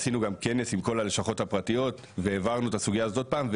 עשינו גם כנס עם כל הלשכות הפרטיות והבהרנו את הסוגייה הזאת עוד פעם,